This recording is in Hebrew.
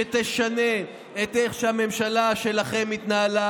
שתשנה את איך שהממשלה שלכם התנהלה